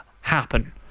happen